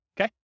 Okay